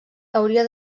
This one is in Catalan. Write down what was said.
hauria